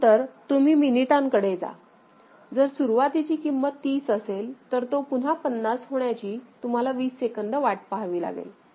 नंतर तुम्ही मिनिटांकडे जा जर सुरुवातीची किंमत 30 असेल तर तो पुन्हा 50 होण्याची तुम्हाला 20 सेकंद वाट पहावी लागेल